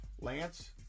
Lance